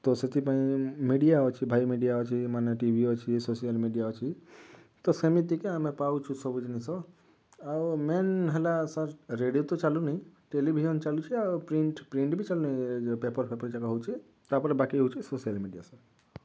ତ ସେଥିପାଇଁ ମିଡ଼ିଆ ଅଛି ଭାଇ ମିଡ଼ିଆ ଅଛି ମାନେ ଟିଭି ଅଛି ସୋସିଆଲ୍ ମିଡ଼ିଆ ଅଛି ତ ସେମିତିକା ଆମେ ପାଉଛୁ ସବୁ ଜିନିଷ୍ ଆଉ ମେନ୍ ହେଲା ସାର୍ ରେଡ଼ିଓ ତ ଚାଲୁନି ଟେଲିଭିଜନ୍ ଚାଲୁଛି ଆଉ ପ୍ରିଣ୍ଟ ପ୍ରିଣ୍ଟ ବି ଚାଲୁନି ପେପର୍ ଫେପର୍ ଯେବେ ହେଉଛି ତାପରେ ବାକି ହେଉଛି ସୋସିଆଲ୍ ମିଡ଼ିଆ ସାର୍